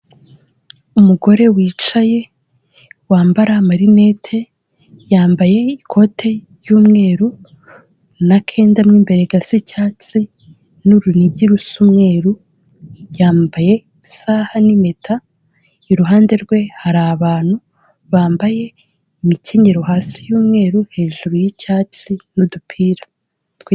Umugore wicaye wambara amarinete, yambaye ikote ry'umweru na kenda mu imbere gasa icyatsi n'urunigi rusa umweru, yambaye isaha n'impeta, iruhande rwe hari abantu bambaye imikinyero hasi y'umweru hejuru y'icyatsi n'udupira.